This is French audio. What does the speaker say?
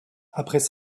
après